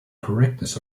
correctness